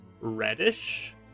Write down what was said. reddish